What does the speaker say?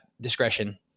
discretion